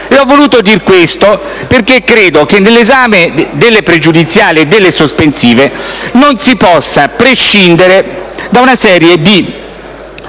Ho voluto dire questo perché credo che nell'esame delle questioni pregiudiziali e sospensive non si possa prescindere da una serie di